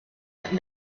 but